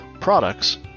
products